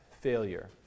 failure